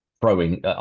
throwing